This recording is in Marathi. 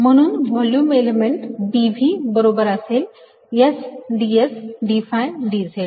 म्हणून व्हॉल्युम एलिमेंट dv बरोबर असेल S ds dphi dz